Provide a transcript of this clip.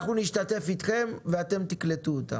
אנחנו נשתתף אתכם ואתם תקלטו אותם.